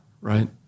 right